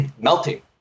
melting